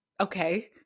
Okay